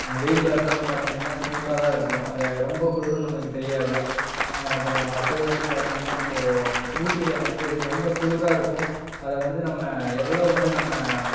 இந்த வெயில் காலத்திலலாம் பார்த்திங்கனா ஸ்மூத்தாக தான் இருக்கும் அதை ரொம்ப குளிரும் நம்மளுக்கு தெரியாது அப்புறம் அடுத்தது வந்து பார்த்திங்கன்னா இப்போது ஊட்டில வந்து ரொம்ப குளிரா இருக்கும் அதை வந்து நம்ம எவ்வளோ வந்து நம்ம